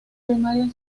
primaria